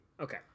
okay